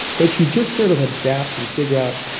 but you just sort of adapt and figure out,